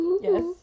Yes